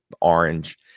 orange